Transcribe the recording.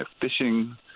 fishing